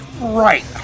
right